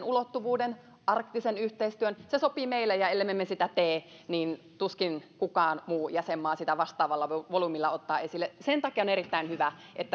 ulottuvuuden arktisen yhteistyön se sopii meille ja ellemme me sitä tee niin tuskin kukaan muu jäsenmaa sitä vastaavalla volyymilla ottaa esille sen takia on erittäin hyvä että